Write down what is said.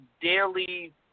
daily